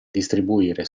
distribuire